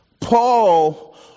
Paul